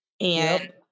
and-